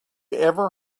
ever